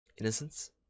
innocence